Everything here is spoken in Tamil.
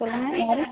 சொல்லுங்கள் யார்